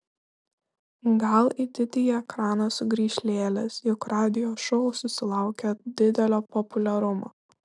gal į didįjį ekraną sugrįš lėlės juk radio šou susilaukė didelio populiarumo